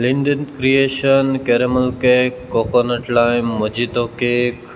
Lindt creation caramel cake coconut lime mojito cake